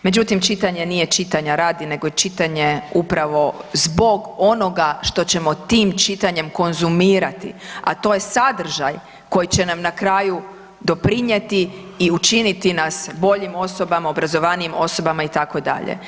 Međutim, čitanje nije čitanja radi nego je čitanje upravo zbog onoga što ćemo tim čitanjem konzumirati, a to je sadržaj koji će nam na kraju doprinijeti i učiniti nas boljim osobama, obrazovanijim osobama, itd.